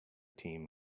team